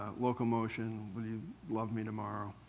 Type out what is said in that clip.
loco-motion, will you love me tomorrow?